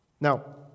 Now